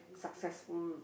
successful